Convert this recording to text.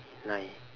nine